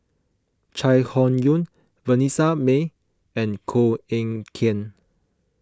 Chai Hon Yoong Vanessa Mae and Koh Eng Kian